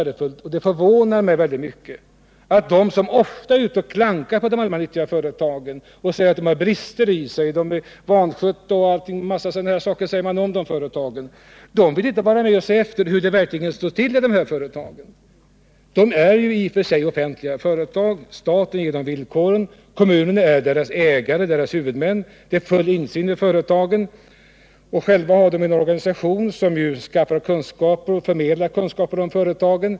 Det förvånar mig högeligen att de som ofta klankar på de allmännyttiga företagen för att dessa skulle ha brister — man säger att de är vanskötta osv. — inte vill vara med om att man undersöker hur det verkligen står till med dessa företag. Det gäller i och för sig offentliga företag. Staten sätter upp villkoren för dem, kommunen är deras ägare och huvudman och det är full insyn i företagen. Själva har de också en organisation som skapar och förmedlar kunskaper om företagen.